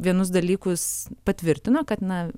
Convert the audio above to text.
vienus dalykus patvirtino kad na